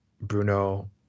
Bruno